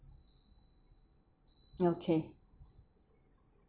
okay